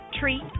treat